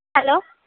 hello